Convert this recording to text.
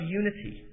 unity